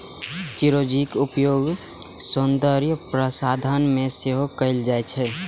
चिरौंजीक उपयोग सौंदर्य प्रसाधन मे सेहो कैल जाइ छै